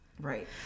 right